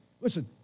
listen